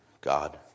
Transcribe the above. God